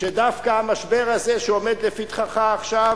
שדווקא המשבר הזה שעומד לפתחך עכשיו